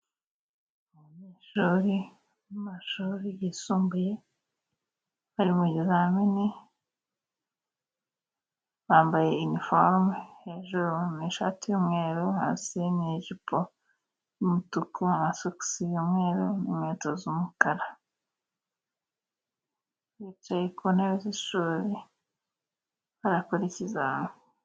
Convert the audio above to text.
Abanyeshuri mu mashuri y'isumbuye bari mubizamini bambaye iniforome hejuru bambaye ishati y'umweru, hasi n'ijipo y'umutuku, amasogisi y'umweru, inkweto z'umukara bicaye ku ntebe z'ishuri barakora ikizami.